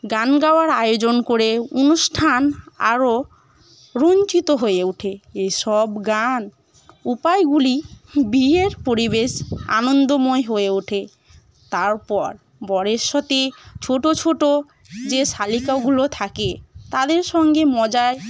গান গাওয়ার আয়োজন করে অনুষ্ঠান আরও রঞ্চিত হয়ে ওঠে এই সব গান উপায়গুলি বিয়ের পরিবেশ আনন্দময় হয়ে ওঠে তারপর বরের সাথে ছোটো ছোটো যে শালিকাগুলো থাকে তাদের সঙ্গে মজায়